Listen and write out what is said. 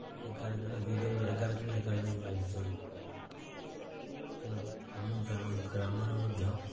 ଏଗାର ଜଣ ଦୁଇ ଦଳରେ ଏଗାର ଜଣ ଏଗାର ଜଣ ବାଇଶି ଜଣ ତେଣୁ ଆମ ଗାଁ ଗ୍ରାମରେ ମଧ୍ୟ